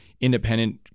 independent